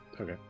Okay